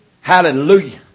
Hallelujah